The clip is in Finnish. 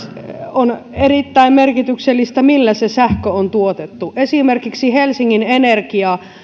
on erittäin merkityksellistä millä se sähkö on tuotettu esimerkiksi helsingin energia